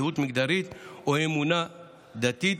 זהות מגדרית או אמונה דתית,